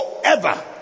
Forever